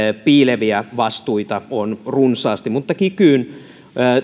piileviä vastuita on runsaasti mutta kikyyn